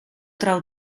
trau